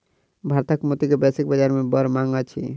भारतक मोती के वैश्विक बाजार में बड़ मांग अछि